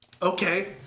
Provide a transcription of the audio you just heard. Okay